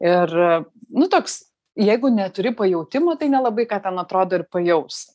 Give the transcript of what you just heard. ir nu toks jeigu neturi pajautimo tai nelabai ką ten atrodo ir pajausi